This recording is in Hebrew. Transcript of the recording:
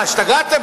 מה, השתגעתם?